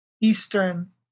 Eastern